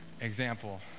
example